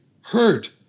Hurt